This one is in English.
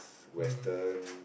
western